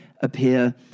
appear